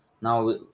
Now